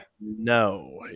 No